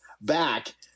back